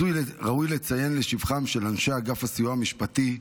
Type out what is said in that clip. ראוי לציין לשבח של אנשי אגף הסיוע המשפטי,